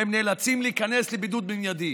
והם נאלצים להיכנס לבידוד במיידי.